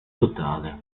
totale